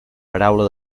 paraula